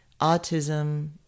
autism